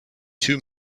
two